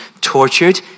tortured